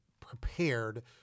prepared